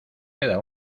queda